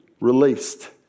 released